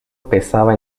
pesaba